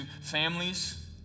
families